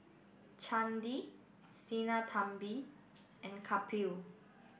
Chandi Sinnathamby and Kapil